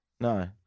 No